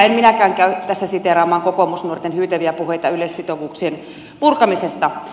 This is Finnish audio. en minäkään käy tässä siteeraamaan kokoomusnuorten hyytäviä puheita yleissitovuuksien purkamisesta